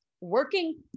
working